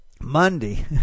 Monday